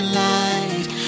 light